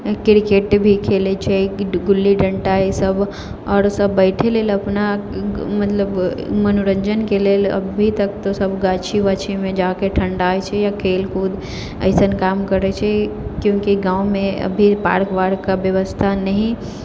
cricket भी खेलै छै गुल्ली डण्टा ई सब आओर सब बैठे लेल अपना मतलब मनोरञ्जनके लेल अभी तक तऽ सब गाछी वाछिमे जाकऽ ठण्डाइ छै या खेल कूद एसन काम करै छै किएक कि गाँवमे अभी पार्क वार्कके व्यवस्था नहि